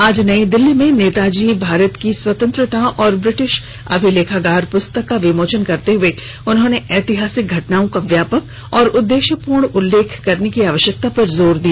आज नई दिल्ली में नेताजी भारत की स्वतंत्रता और ब्रिटिश अभिलेखागार पुस्तक का विमोचन करते हुए उन्होंने ऐतिहासिक घटनाओं का व्यापक और उद्देश्यपूर्ण उल्लेख करने की आवश्यकता पर जोर दिया